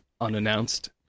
unannounced